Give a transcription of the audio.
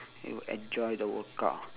and you enjoy the workout